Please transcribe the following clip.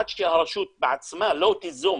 עד שהרשות בעצמה לא תיזום